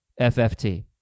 FFT